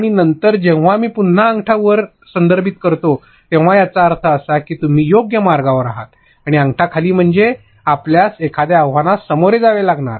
आणि नंतर जेव्हा मी पुन्हा अंगठा वर संदर्भित करतो तेव्हा याचा अर्थ असा की तुम्ही योग्य मार्गावर आहात आणि अंगठा खाली म्हणजे आपल्यास एखाद्या आव्हानांस सामोरे जावे लागणार